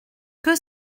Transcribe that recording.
que